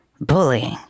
bullying